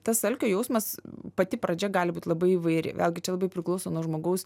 tas alkio jausmas pati pradžia gali būt labai įvairi vėlgi čia labai priklauso nuo žmogaus